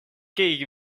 keegi